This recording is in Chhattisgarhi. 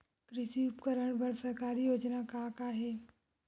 कृषि उपकरण बर सरकारी योजना का का हे?